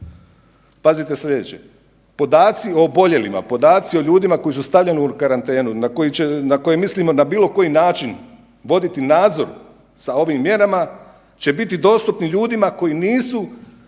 Pazite sljedeće, podaci o oboljelima, podaci o ljudima koji su stavljeni u karantenu na koje mislimo na bilo koji način voditi nadzor sa ovim mjerama će biti dostupni ljudima koji nisu